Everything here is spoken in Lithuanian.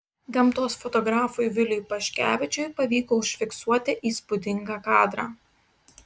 gamtos fotografui viliui paškevičiui pavyko užfiksuoti įspūdingą kadrą